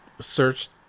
searched